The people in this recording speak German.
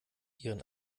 ihren